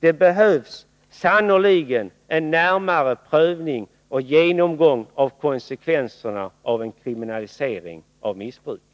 Det behövs sannerligen en närmare prövning och genomgång av konsekvenserna av en kriminalisering av missbruket.